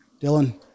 Dylan